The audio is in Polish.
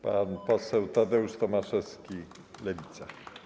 Pan poseł Tadeusz Tomaszewski, Lewica.